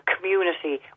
community